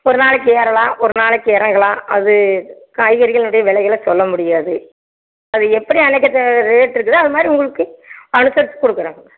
ஒரு நாளைக்கி ஏறலாம் ஒரு நாளைக்கி இறங்கலாம் அது காய்கறிகளினுடைய விலைகளை சொல்ல முடியாது அது எப்படி அன்னைக்கி ரேட் இருக்குதோ அது மாதிரி உங்களுக்கு அனுசரித்து கொடுக்குறோங்க